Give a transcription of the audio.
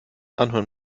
anhören